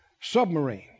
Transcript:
submarine